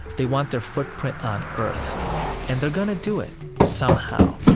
they want their footprint on earth and they're going to do it somehow.